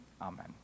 Amen